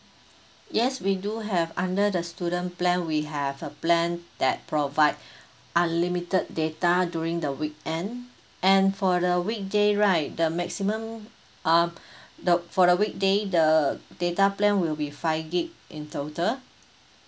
yes we do have under the student plan we have a plan that provide unlimited data during the weekend and for the weekday right the maximum uh the for the weekday the data plan will be five gig in total